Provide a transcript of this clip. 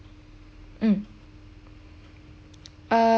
mm uh